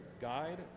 guide